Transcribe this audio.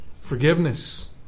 Forgiveness